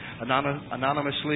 anonymously